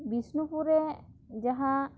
ᱵᱤᱥᱱᱩᱯᱩᱨ ᱨᱮ ᱡᱟᱦᱟᱸ